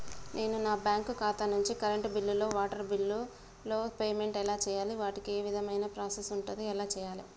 నేను నా బ్యాంకు ఖాతా నుంచి కరెంట్ బిల్లో వాటర్ బిల్లో పేమెంట్ ఎలా చేయాలి? వాటికి ఏ విధమైన ప్రాసెస్ ఉంటది? ఎలా చేయాలే?